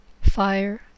fire